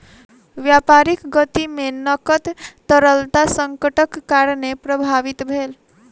व्यापारक गति में नकद तरलता संकटक कारणेँ प्रभावित भेल